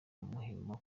muhima